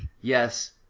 yes